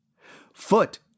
Foot